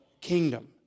kingdom